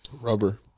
rubber